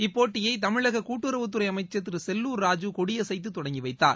இப்போட்டியை தமிழக கூட்டுறவுத்துறை அமைச்சர் திரு செல்லூர் ராஜூ கொடியசைத்து தொடங்கி வைத்தார்